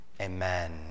amen